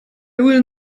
will